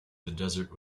desert